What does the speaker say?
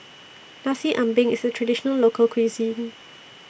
Nasi Ambeng IS A Traditional Local Cuisine